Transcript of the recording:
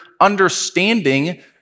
understanding